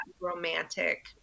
romantic